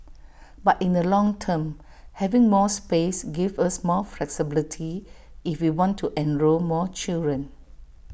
but in the long term having more space give us more flexibility if we want to enrol more children